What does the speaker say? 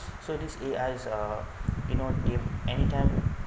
so this A_I is uh you know they anytime